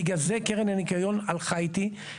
בגלל זה קרן הניקיון הלכה איתי,